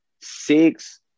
six